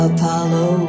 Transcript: Apollo